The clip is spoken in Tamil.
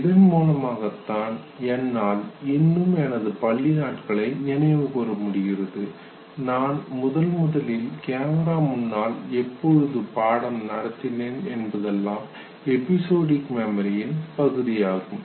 இதன் மூலமாகத்தான் என்னால் இன்னும் எனது பள்ளி நாட்களை நினைவு கூற முடிகிறது நான் முதன்முதலில் கேமரா முன்னால் எப்பொழுது பாடம் நடத்தினேன் என்பதெல்லாம் எபிசொடிக் மெமரியின் பகுதியாகும்